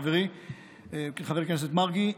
חברי חבר הכנסת מרגי,